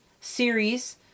series